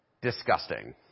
disgusting